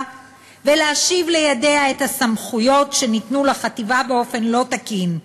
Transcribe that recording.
ולהשיב לידיה את הסמכויות שניתנו לחטיבה באופן לא תקין,